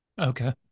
Okay